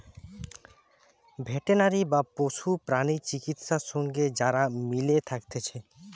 veterinary বা পশু প্রাণী চিকিৎসা সঙ্গে যারা মিলে থাকতিছে